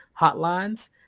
hotlines